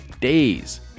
days